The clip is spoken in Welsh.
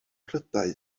prydau